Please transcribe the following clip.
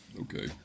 okay